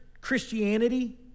Christianity